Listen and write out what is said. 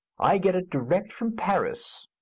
i get it direct from paris.